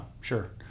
sure